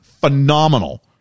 phenomenal